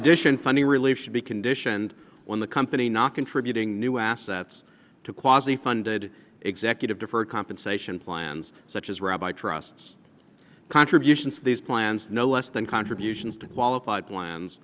addition funding relief should be conditioned on the company not contributing new assets to quasi funded executive deferred compensation plans such as rabbi trusts contributions these plans no less than contributions to qualified plans